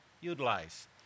utilize